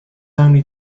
only